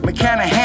McKenna